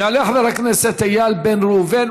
יעלה חבר הכנסת איל בן ראובן,